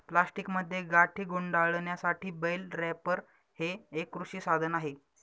प्लास्टिकमध्ये गाठी गुंडाळण्यासाठी बेल रॅपर हे एक कृषी साधन आहे